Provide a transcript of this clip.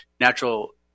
natural